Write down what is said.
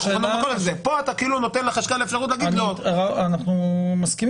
פה אתה נותן לחשכ"ל אפשרות להגיד לו --- אנחנו מסכימים.